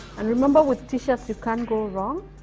and remember with t-shirts you can't go wrong